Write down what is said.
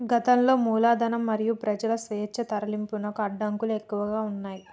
గతంలో మూలధనం మరియు ప్రజల స్వేచ్ఛా తరలింపునకు అడ్డంకులు ఎక్కువగా ఉన్నయ్